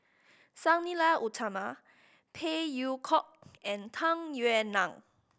Sang Nila Utama Phey Yew Kok and Tung Yue Nang